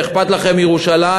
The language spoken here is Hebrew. ואכפת לכם מירושלים,